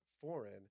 foreign